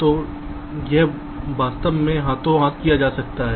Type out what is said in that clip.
तो यह वास्तव में हाथों हाथ जा सकता है